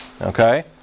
Okay